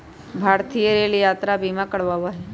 भारतीय रेल यात्रा बीमा करवावा हई